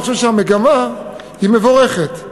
ואני חושב שהמגמה היא מבורכת.